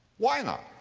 why not?